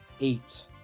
eight